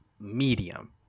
medium